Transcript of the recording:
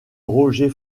roger